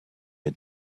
had